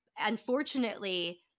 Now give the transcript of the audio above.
unfortunately